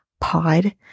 pod